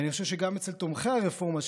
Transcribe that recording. ואני חושב שגם אצל תומכי הרפורמה,